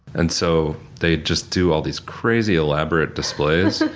and so they just do all these crazy elaborate displays.